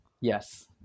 Yes